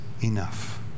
enough